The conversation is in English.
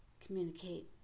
communicate